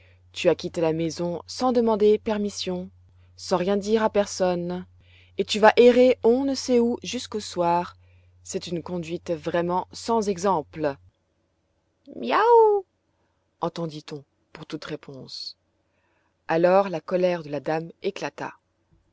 tu as quitté la maison sans demander permission sans rien dire à personne et tu vas errer on ne sait où jusqu'au soir c'est une conduite vraiment sans exemple miaou entendit on pour toute réponse alors la colère de la dame éclata